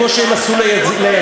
כמו שהם עשו ליזידים.